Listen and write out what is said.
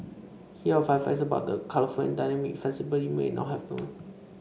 here are five facts about the colourful and dynamic festival you may not have known